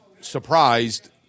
surprised